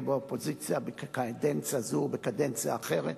באופוזיציה בקדנציה זו או בקדנציה אחרת,